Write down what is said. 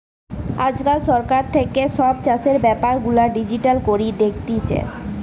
আজকাল সরকার থাকে সব চাষের বেপার গুলা ডিজিটাল করি দিতেছে